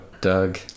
doug